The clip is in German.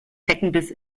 zeckenbiss